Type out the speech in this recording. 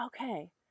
okay